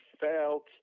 felt